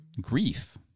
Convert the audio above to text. Grief